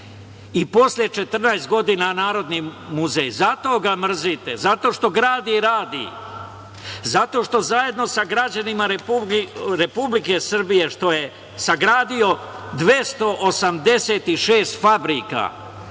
i posle 14 godina Narodni muzej. Zato ga mrzite. Zato što gradi i radi, zato što zajedno sa građanima Republike Srbije, što je sagradio 286 fabrika.